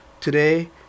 Today